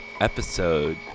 episode